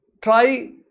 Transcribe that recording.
Try